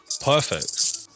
perfect